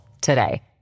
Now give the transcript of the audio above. today